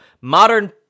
modern